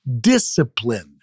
Discipline